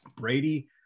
Brady